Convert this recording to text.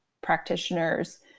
practitioners